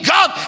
God